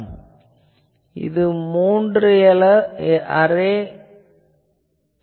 ஆகவே இது மூன்று எலமென்ட் அரே ஆகும்